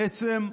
בעצם,